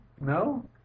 No